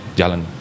jalan